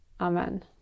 Amen